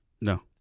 No